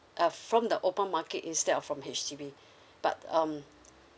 uh from the open market instead of from H_D_B but um